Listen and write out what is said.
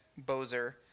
Bozer